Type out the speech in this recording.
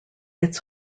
its